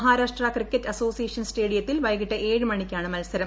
Maharashtra cricket association സ്റ്റേഡിയത്തിൽ വൈകിട്ട് ഏഴ് മണിക്കാണ് മത്സരം